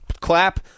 Clap